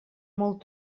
molt